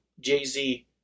Jay-Z